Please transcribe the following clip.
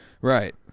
Right